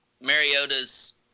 Mariota's